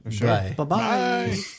Bye-bye